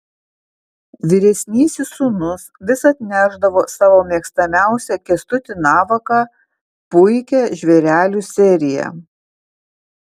vyresnysis sūnus vis atnešdavo savo mėgstamiausią kęstutį navaką puikią žvėrelių seriją